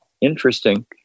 Interesting